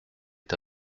est